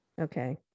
Okay